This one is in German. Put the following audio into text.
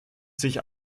sich